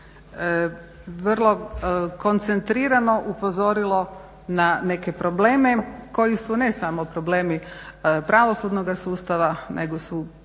vrlo koncentrirano upozorilo na neke probleme koji su ne samo problemi pravosudnoga sustava nego su